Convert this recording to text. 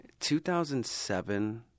2007